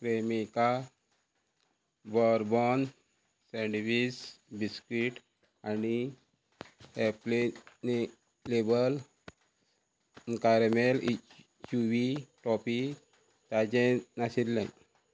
Cremica bourbon sandwich biscuit आनी एप्ले ले लेबल केरमेल च्यूवी टॉफी ताजें नाशिल्लें